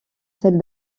celle